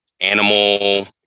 animal